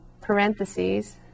parentheses